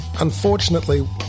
Unfortunately